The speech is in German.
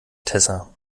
tessa